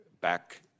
back